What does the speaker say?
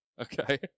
okay